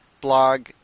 blog